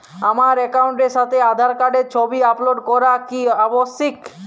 আমার অ্যাকাউন্টের সাথে আধার কার্ডের ছবি আপলোড করা কি আবশ্যিক?